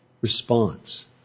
response